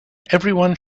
everyone